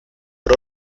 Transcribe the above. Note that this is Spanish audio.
por